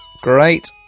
Great